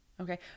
Okay